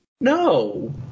No